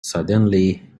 suddenly